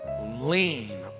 lean